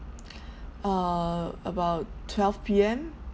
err about twelve P_M